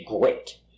great